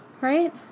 right